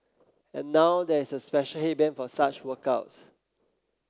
and now there is a special headband for such workouts